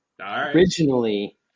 Originally